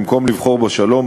במקום לבחור בשלום,